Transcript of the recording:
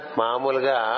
mamulga